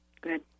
Good